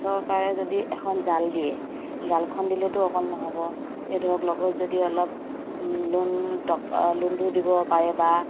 চৰকাৰে যদি এখন জাল দিয়ে জালখন দিলেেতো অকল নহ'ব এই ধৰক লগত যদি অলপ লোন টকা লোনটো দিব পাৰে বা